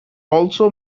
also